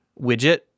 widget